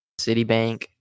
Citibank